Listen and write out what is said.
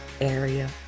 area